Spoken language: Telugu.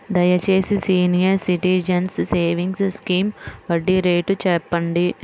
దయచేసి సీనియర్ సిటిజన్స్ సేవింగ్స్ స్కీమ్ వడ్డీ రేటు చెప్పండి